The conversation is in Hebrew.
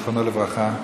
זיכרונו לברכה,